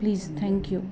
please thank you